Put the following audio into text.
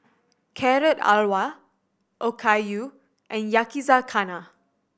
Carrot Halwa Okayu and Yakizakana